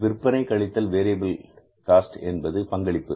விற்பனை கழித்தல் variable cost என்பது பங்களிப்பு